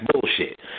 bullshit